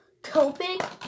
Copic